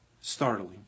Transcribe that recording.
startling